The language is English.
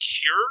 cure